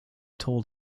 told